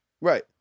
right